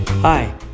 Hi